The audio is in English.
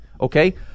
Okay